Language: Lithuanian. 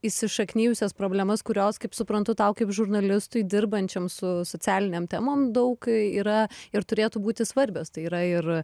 įsišaknijusias problemas kurios kaip suprantu tau kaip žurnalistui dirbančiam su socialinėm temom daug yra ir turėtų būti svarbios tai yra ir